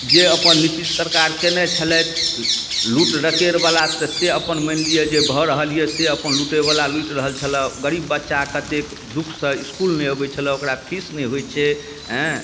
जे अपन नितीश सरकार केने छलथि लूट लकेरवलासँ अपन मानि लिअऽ जे भऽ रहल अइ अपन लूटैवला लुटि रहल छलै गरीब बच्चा कतेक दुखसँ इसकुल नहि अबै छलै ओकरा फीस नहि होइ छै अएँ